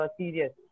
serious